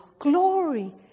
Glory